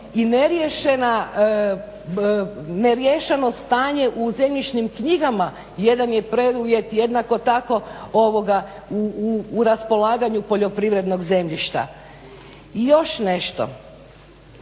i neriješeno stanje u zemljišnim knjigama jedan je preduvjet jednako tako u raspolaganju poljoprivrednog zemljišta. I još nešto,